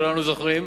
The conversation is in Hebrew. כולנו זוכרים,